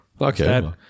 Okay